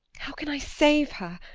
how can i save her?